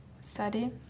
study